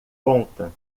conta